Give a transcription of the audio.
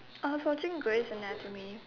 I was watching Grey's anatomy